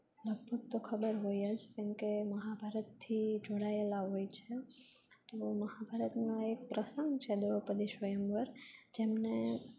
લગભગ તો ખબર હોય જ કેમકે મહાભારતથી જોડાયેલા હોય છે તો મહાભારતમાં એક પ્રસંગ છે દ્રોપદી સ્વયંવર જેમને